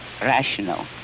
rational